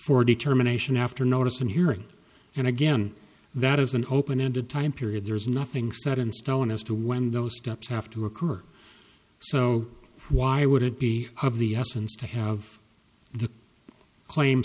a determination after notice and hearing and again that is an open ended time period there is nothing set in stone as to when those steps have to occur so why would it be of the essence to have the claim